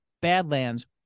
Badlands